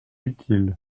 utile